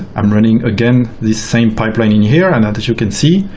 i'm running again this same pipeline in here, and as you can see,